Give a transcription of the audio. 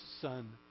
son